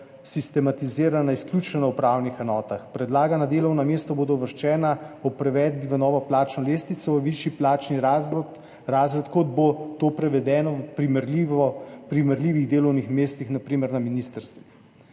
sistematizirana izključno na upravnih enotah. Predlagana delovna mesta bodo uvrščena ob prevedbi v novo plačno lestvico v višji plačni razred, kot bo to prevedeno v primerljivih delovnih mestih, na primer na ministrstvih.